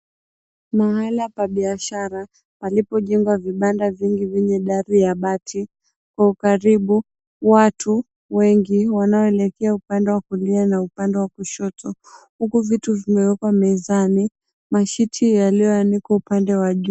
Mahala pa biashara palipo jengwa vibanda vingi venye dari ya bati kwa ukaribu, watu wengi wanaelekea upande wa kulia na upande wa kushoto huku vitu vimeekwa mezani mashiti yaliyoanikwa upande wa juu.